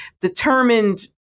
determined